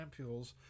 ampules